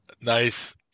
Nice